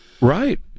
Right